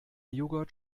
joghurt